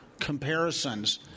comparisons